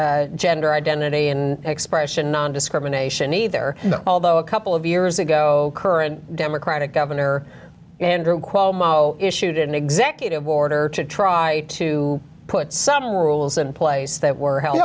gender identity in expression nondiscrimination either although a couple of years ago current democratic governor andrew cuomo issued an executive order to try to put some rules in place that were held